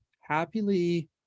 happily